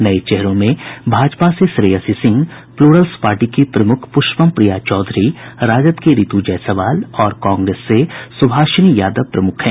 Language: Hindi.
नये चेहरों में भाजपा से श्रेयसी सिंह प्लूरल्स पार्टी की प्रमुख पुष्पम प्रिया चौधरी राजद की रितु जायसवाल और कांग्रेस से सुभाषिनी यादव प्रमुख हैं